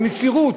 במסירות,